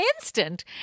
instant